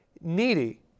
needy